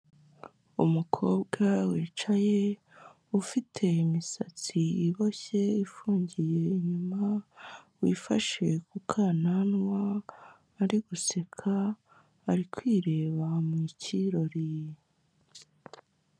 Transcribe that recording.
Umukobwa wicaye ufite imisatsi iboshye ifungiye inyuma, wifashe ku kananwa ari guseka, ari kwireba mu kirori.